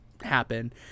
happen